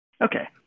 Okay